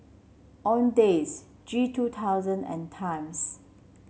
Owndays G two thousand and Times